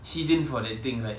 season for the thing right